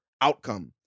outcome